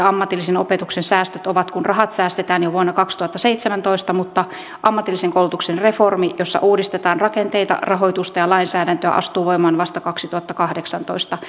ammatillisen opetuksen säästöt ovat siksi että rahat säästetään jo vuonna kaksituhattaseitsemäntoista mutta ammatillisen koulutuksen reformi jossa uudistetaan rakenteita rahoitusta ja lainsäädäntöä astuu voimaan vasta kaksituhattakahdeksantoista